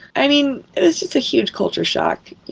i mean, it was just a huge culture shock.